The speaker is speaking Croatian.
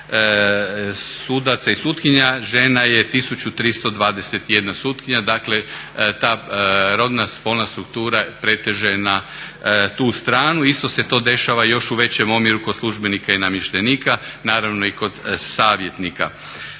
sudaca i sutkinja žena je 1321 sutkinja. Dakle, ta rodna, spolna struktura preteže na tu stranu. Isto se to dešava još u većem omjeru kod službenika i namještenika, naravno i kod savjetnika.